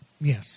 Yes